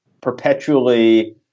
perpetually